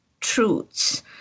truths